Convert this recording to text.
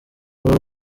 uru